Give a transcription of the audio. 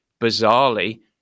bizarrely